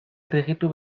frijitu